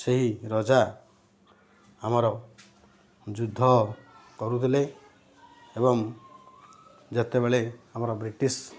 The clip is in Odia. ସେହି ରଜା ଆମର ଯୁଦ୍ଧ କରୁଥିଲେ ଏବଂ ଯେତେବେଳେ ଆମର ବ୍ରିଟିଶ